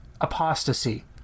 apostasy